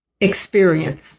experience